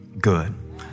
good